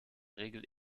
regel